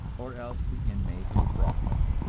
or else the inmate of a brothel.